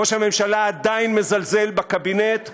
ראש הממשלה עדיין מזלזל בקבינט ובשריו.